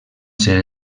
ser